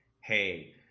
hey